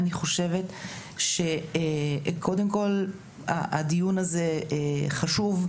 אני חושבת שהדיון הזה חשוב,